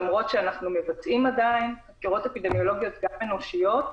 למרות שאנחנו עדיין מבצעים חקירות אפידמיולוגיות גם אנושיות,